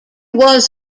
was